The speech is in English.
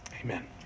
Amen